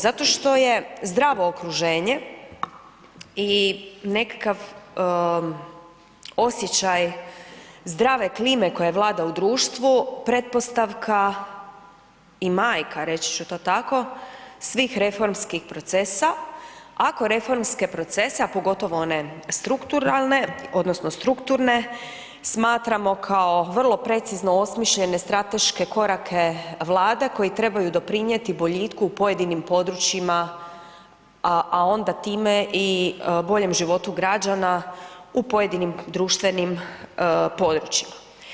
Zato što je zdravo okruženje i nekakav osjećaj zdrave klime koja vlada u društvu pretpostavka i majka, reći ću to tako, svih reformskih procesa, ako reformske procese, a pogotovo one strukturalne odnosno strukturne smatramo kao vrlo precizno osmišljene strateške korake Vlade koji trebaju doprinijeti boljitku u pojedinim područjima, a onda time i boljem životu građana u pojedinim društvenim područjima.